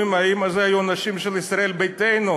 האם אלה היו אנשים של ישראל ביתנו?